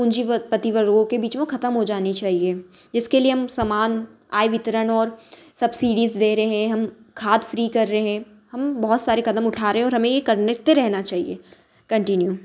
पूंजीवर्ग पतिवर्गों के बीच में वह खत्म हो जानी चाहिए जिसके लिए हम सामान आय वितरण और सब्सिडीज दे रहे हैं हम खाद फ्री कर रहे हैं हम बहुत सारे कदम उठा रहे हैं और हमें यह करते रहना चाहिए कंटिन्यू